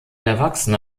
erwachsene